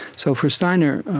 so for steiner,